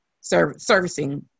servicing